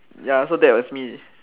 ya so that was me